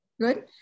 good